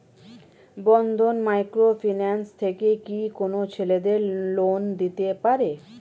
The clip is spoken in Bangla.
বন্ধন মাইক্রো ফিন্যান্স থেকে কি কোন ছেলেদের লোন দিতে পারে?